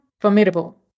formidable